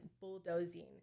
bulldozing